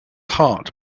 heart